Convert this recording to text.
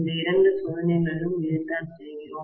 இந்த இரண்டு சோதனைகளிலும் இதைத்தான் செய்கிறோம்